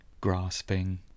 grasping